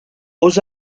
aux